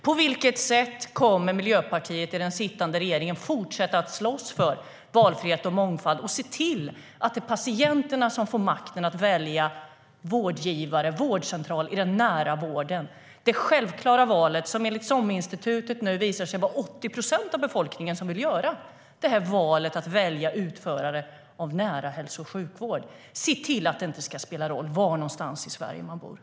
På vilket sätt kommer Miljöpartiet i den sittande regeringen att fortsätta slåss för valfrihet och mångfald och se till att det är patienterna som får makten att välja vårdgivare, utförare och vårdcentral i den nära hälso och sjukvården - det självklara valet som 80 procent av befolkningen vill göra enligt SOM-institutet?